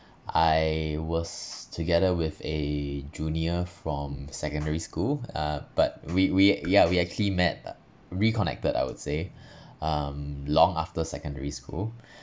I was together with a junior from secondary school uh but we we yeah we actually met uh reconnected I would say um long after secondary school